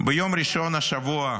ביום ראשון השבוע,